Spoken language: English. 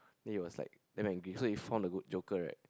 then he was like damn angry so he found the good Joker right